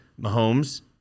Mahomes